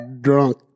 drunk